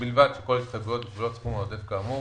ובלבד שכל התחייבות בגבולות סכום עודף כאמור